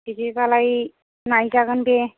बिदिबालाय नायजागोन दे